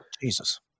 Jesus